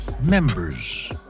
members